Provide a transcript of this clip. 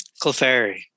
Clefairy